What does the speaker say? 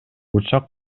учак